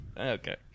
Okay